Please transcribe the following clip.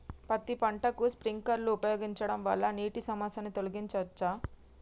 పత్తి పంటకు స్ప్రింక్లర్లు ఉపయోగించడం వల్ల నీటి సమస్యను తొలగించవచ్చా?